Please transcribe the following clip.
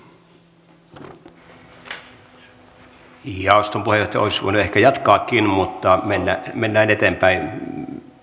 jaoston puheenjohtaja olisi voinut ehkä jatkaakin mutta mennään eteenpäin